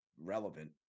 relevant